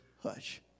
hush